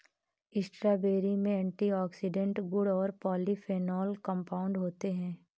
strawberry में antioxidant गुण और पॉलीफेनोल कंपाउंड होते हैं